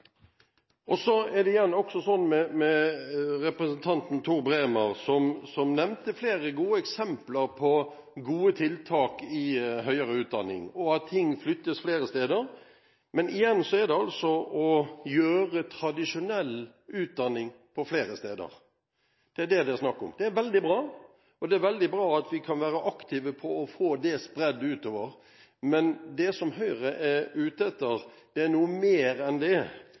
Representanten Tor Bremer nevnte flere gode eksempler på gode tiltak i høyere utdanning, og at ting flyttes flere steder. Men igjen er det altså å gjøre tradisjonell utdanning på flere steder. Det er det det er snakk om. Det er veldig bra, og det er veldig bra at vi kan være aktive på å få det spredd utover, men det som Høyre er ute etter, er noe mer enn det.